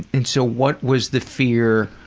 and so what was the fear